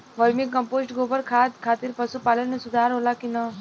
Vermi compost गोबर खाद खातिर पशु पालन में सुधार होला कि न?